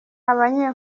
abanye